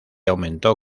aumentó